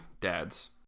dads